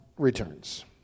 returns